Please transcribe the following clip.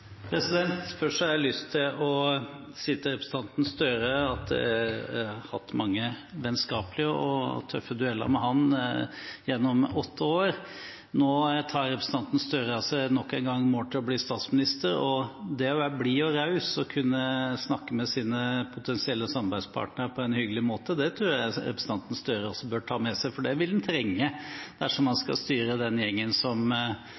Først har jeg lyst til å si til representanten Gahr Støre at jeg har hatt mange vennskapelige og tøffe dueller med ham gjennom åtte år. Nå tar representanten Gahr Støre nok en gang mål av seg til å bli statsminister. Det å være blid og raus og kunne snakke med sine potensielle samarbeidspartnere på en hyggelig måte tror jeg representanten Gahr Støre også bør ta med seg, for det vil han trenge dersom han skal styre den gjengen som